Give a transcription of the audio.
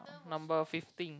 number fifteen